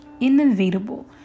inevitable